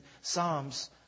Psalms